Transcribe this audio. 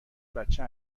بچه